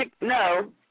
No